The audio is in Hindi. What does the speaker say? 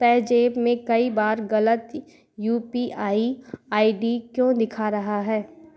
पेज़ैप में कई बार गलत U P I I D क्यों दिखा रहा है